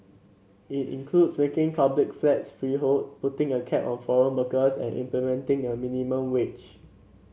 it includes making public flats freehold putting a cap on foreign workers and implementing a minimum wage